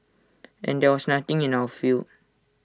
and there was nothing in our field